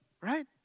right